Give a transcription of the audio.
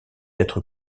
être